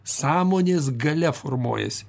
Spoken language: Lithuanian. sąmonės galia formuojasi